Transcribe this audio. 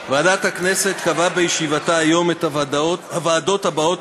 ועדת הכנסת קבעה בישיבתה היום את הוועדות שלהלן